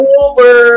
over